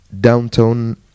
Downtown